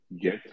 get